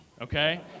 okay